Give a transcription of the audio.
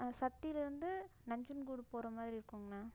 சக்திலிருந்து நஞ்சன்கூடு போகிற மாதிரி இருக்குங்ண்ணா